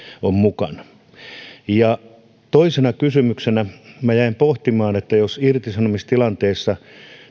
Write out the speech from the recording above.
on mukana toisena kysymyksenä jäin pohtimaan jos irtisanomistilanteessa